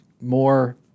more